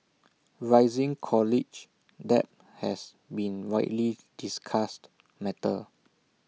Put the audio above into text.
rising college debt has been widely discussed matter